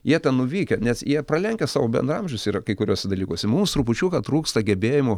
jie ten nuvykę nes jie pralenkę savo bendraamžius yra kai kuriuos dalykuose mums trupučiuką trūksta gebėjimų